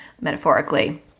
metaphorically